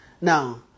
Now